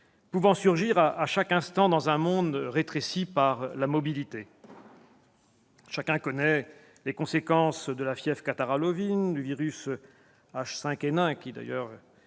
peuvent surgir à chaque instant dans un monde rétréci par la mobilité. Chacun connaît les conséquences de la fièvre catarrhale ovine, du virus H5N1, qui en est d'ailleurs